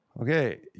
okay